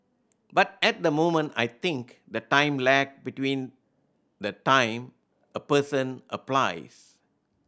but at the moment I think the time lag between the time a person applies